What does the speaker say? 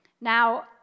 now